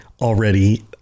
already